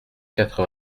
quatre